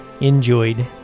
enjoyed